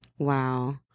Wow